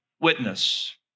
witness